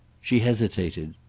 she hesitated.